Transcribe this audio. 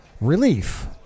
relief